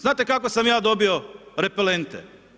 Znate kako sam ja dobio repelente?